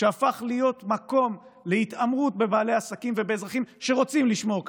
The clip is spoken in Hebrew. הפך להיות מקום להתעמרות בבעלי עסקים ובאזרחים שרוצים לשמור כשרות,